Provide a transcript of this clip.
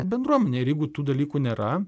bendruomenė ir jeigu tų dalykų nėra